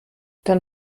dann